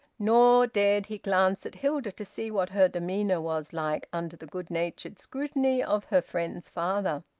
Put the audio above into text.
nor dared he glance at hilda to see what her demeanour was like under the good-natured scrutiny of her friend's father.